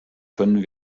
können